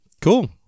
Cool